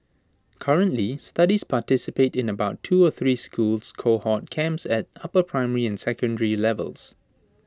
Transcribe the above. currently studies participate in about two or three school cohort camps at upper primary and secondary levels